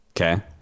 Okay